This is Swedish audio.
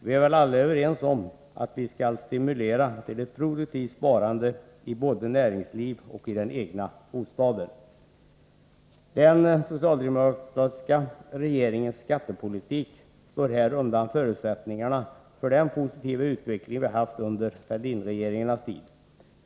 Vi är väl alla överens om att vi skall stimulera till ett produktivt sparande både i näringslivet och i den egna bostaden. Den socialdemokratiska regeringens skattepolitik slår på detta område undan förutsättningarna för den positiva utveckling vi har haft under Fälldinregeringarnas tid.